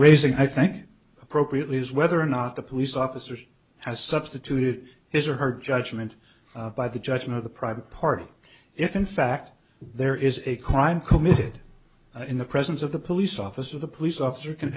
raising i think appropriately is whether or not the police officer has substituted his or her judgment by the judgment of the private party if in fact there is a crime committed in the presence of the police officer the police officer can